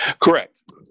Correct